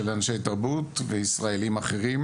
של אנשי תרבות וישראלים אחרים